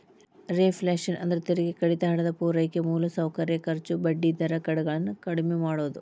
reflation ಅಂದ್ರ ತೆರಿಗೆ ಕಡಿತ ಹಣದ ಪೂರೈಕೆ ಮೂಲಸೌಕರ್ಯ ಖರ್ಚು ಬಡ್ಡಿ ದರ ಗಳನ್ನ ಕಡ್ಮಿ ಮಾಡುದು